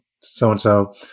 so-and-so